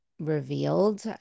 revealed